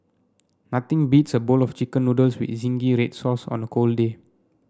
nothing beats a bowl of chicken noodles with zingy red sauce on a cold day